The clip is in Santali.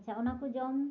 ᱟᱪᱪᱷᱟ ᱚᱱᱟᱠᱚ ᱡᱚᱢ